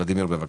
ולדימיר, בבקשה.